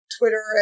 twitter